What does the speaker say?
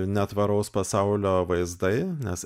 netvaraus pasaulio vaizdai nes